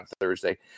Thursday